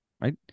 right